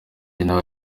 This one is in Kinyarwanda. nawe